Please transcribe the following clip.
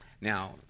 Now